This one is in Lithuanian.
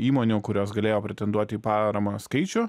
įmonių kurios galėjo pretenduoti į paramą skaičių